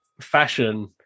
fashion